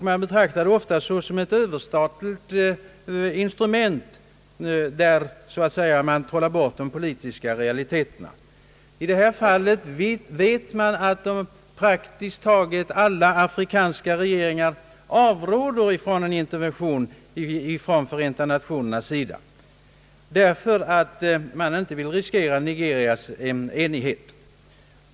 Man betraktar ofta FN som ett överstatligt instrument, där man så att säga trollar bort de politiska realiteterna. I detta fall vet man att praktiskt taget alla afrikanska regeringar avråder från en intervention från FN, därför att man inte vill riskera Nigerias enhet.